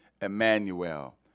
Emmanuel